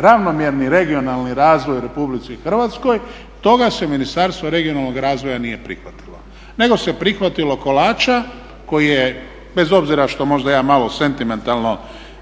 ravnomjerni regionalni razvoj u Republici Hrvatskoj, toga se Ministarstvo regionalnog razvoja nije prihvatilo nego se prihvatilo kolača koji je bez obzira što možda ja malo sentimentalno,